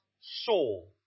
Saul